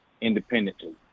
independently